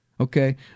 Okay